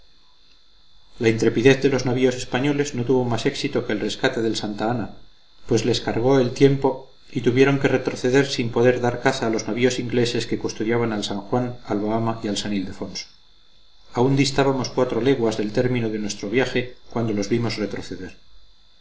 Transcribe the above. la intrepidez de los navíos españoles no tuvo más éxito que el rescate del santa ana pues les cargó el tiempo y tuvieron que retroceder sin poder dar caza a los navíos ingleses que custodiaban al san juan al bahama y al san ildefonso aún distábamos cuatro leguas del término de nuestro viaje cuando los vimos retroceder